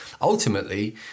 Ultimately